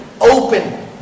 open